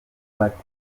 bateye